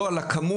לא על הכמות,